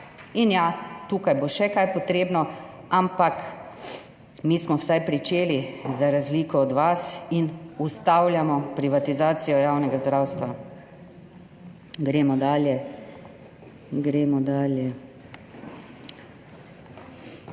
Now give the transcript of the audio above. Ja, tukaj bo še kaj potrebno, ampak mi smo vsaj pričeli, za razliko od vas, in ustavljamo privatizacijo javnega zdravstva. Gremo dalje. Obnova.